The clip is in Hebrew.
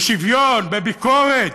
בשוויון, בביקורת,